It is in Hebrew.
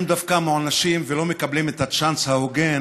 הם דווקא מוענשים ולא מקבלים את הצ'אנס ההוגן